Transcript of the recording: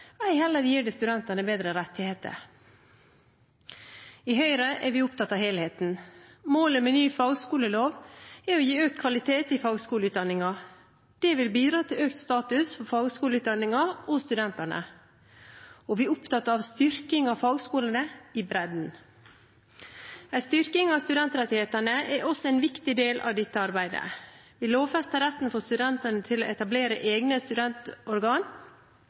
ei heller gir det studentene bedre rettigheter. I Høyre er vi opptatt av helheten. Målet med ny fagskolelov er å gi økt kvalitet i fagskoleutdanningen. Det vil bidra til økt status for fagskoleutdanningen og studentene. Vi er opptatt av styrking av fagskolene i bredden. En styrking av studentrettighetene er også en viktig del av dette arbeidet. Vi lovfester retten for studentene til å etablere egne studentorgan,